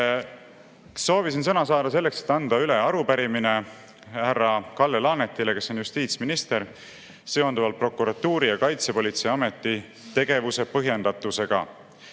Soovisin sõna saada selleks, et anda üle arupärimine härra Kalle Laanetile, kes on justiitsminister, seonduvalt prokuratuuri ja Kaitsepolitseiameti tegevuse põhjendatusega.